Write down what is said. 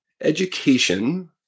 education